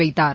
வைத்தார்